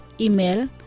Email